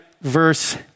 verse